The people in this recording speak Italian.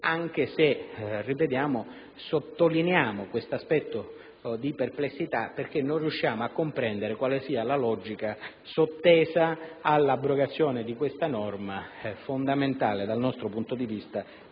punto - ripeto - sottolineiamo questa perplessità perché non riusciamo a comprendere quale sia la logica sottesa all'abrogazione di questa norma fondamentale, dal nostro punto di vista,